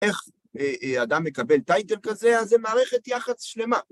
איך אדם מקבל טייטל כזה? אז זה מערכת יחס שלמה.